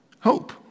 hope